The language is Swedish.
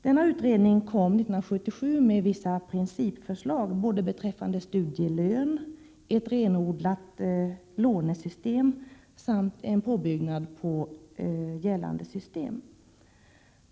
Denna utredning kom 1977 med vissa principförslag beträffande studielön, ett renodlat lånesystem samt en påbyggnad på gällande system.